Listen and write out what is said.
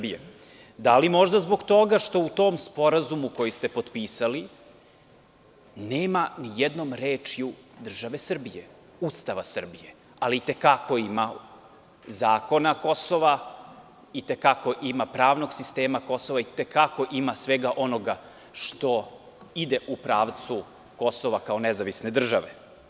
Da li možda zbog toga što u tom sporazumu koji ste potpisali nema ni jednom rečju države Srbije, Ustava Srbije, ali i te kako ima zakona Kosova, i te kako ima pravnog sistema Kosova i te kako ima svega onoga što ide u pravcu Kosova kao nezavisne države.